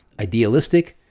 idealistic